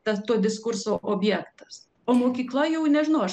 ta to diskurso objektas o mokykla jau nežinau aš